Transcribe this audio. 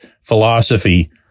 philosophy